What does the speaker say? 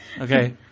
Okay